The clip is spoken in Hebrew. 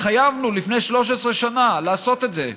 התחייבנו לפני 13 שנה לעשות את זה.